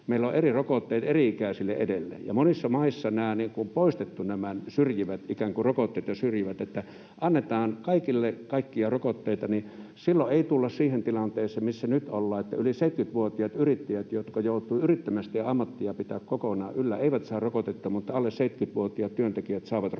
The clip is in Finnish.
meillä on eri rokotteet eri-ikäisille edelleen. Monissa maissa on poistettu nämä ikään kuin rokotteita syrjivät käytännöt ja annetaan kaikille kaikkia rokotteita. Silloin ei tulla siihen tilanteeseen, missä nyt ollaan, että yli 70-vuotiaat yrittäjät, jotka joutuvat yrittämistä ja ammattiaan pitämään kokonaan yllä, eivät saa rokotetta, mutta alle 70-vuotiaat työntekijät saavat rokotteet.